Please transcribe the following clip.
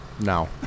No